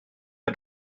mae